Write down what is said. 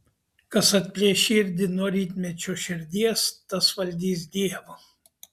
kas atplėš širdį nuo rytmečio širdies tas valdys dievą